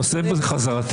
הנושא זה חזרתיות?